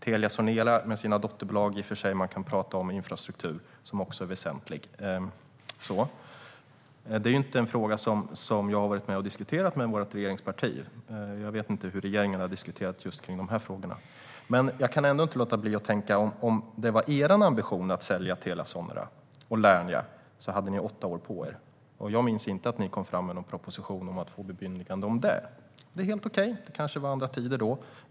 Telia Sonera med sina dotterbolag hanterar också väsentlig infrastruktur. Det här är inte en fråga som jag har diskuterat med vårt regeringsparti. Jag vet inte hur diskussionerna i regeringen har gått i just den frågan. Men om det var Alliansens ambition att sälja Telia Sonera och Lernia hade ni åtta år på er. Jag minns inte att ni lade fram någon proposition om att få ett bemyndigande i den frågan. Det är helt okej. Det var kanske andra tider då.